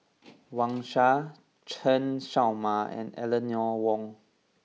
Wang Sha Chen Show Mao and Eleanor Wong